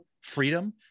freedom